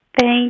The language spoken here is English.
Thank